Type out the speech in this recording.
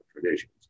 traditions